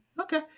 Okay